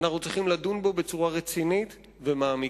אנחנו צריכים לדון בו בצורה רצינית ומעמיקה,